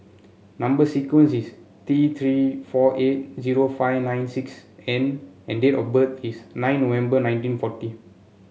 number sequence is T Three four eight zero five nine six N and date of birth is nine November nineteen forty